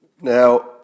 Now